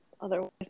otherwise